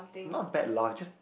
not bad lah just